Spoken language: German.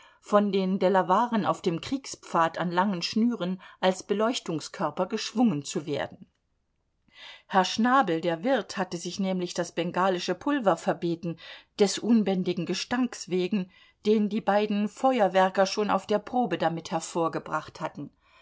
von den delawaren auf dem kriegspfad an langen schnüren als beleuchtungskörper geschwungen zu werden herr schnabel der wirt hatte sich nämlich das bengalische pulver verbeten des unbändigen gestanks wegen den die beiden feuerwerker schon auf der probe damit hervorgebracht hatten